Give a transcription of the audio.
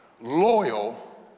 loyal